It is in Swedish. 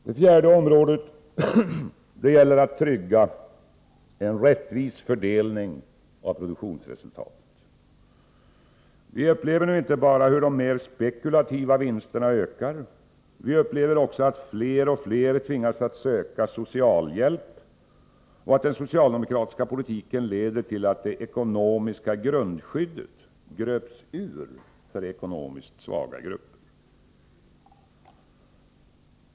Det fjärde området gäller tryggandet av en rättvis fördelning av produktionsresultatet. Vi upplever nu inte bara hur de mer spekulativa vinsterna ökar, vi upplever också att fler och fler tvingas att söka socialhjälp och att den socialdemokratiska politiken leder till att det ekonomiska grundskyddet gröps ur för ekonomiskt svaga grupper.